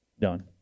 Done